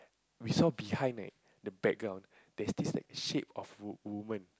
we saw behind leh the background there's this like shape of of woman